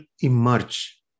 emerge